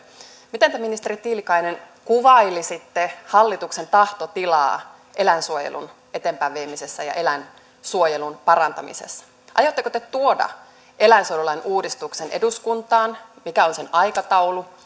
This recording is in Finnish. miten te ministeri tiilikainen kuvailisitte hallituksen tahtotilaa eläinsuojelun eteenpäinviemisessä ja eläinsuojelun parantamisessa aiotteko te tuoda eläinsuojelulain uudistuksen eduskuntaan mikä on sen aikataulu